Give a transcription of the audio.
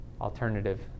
alternative